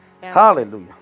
Hallelujah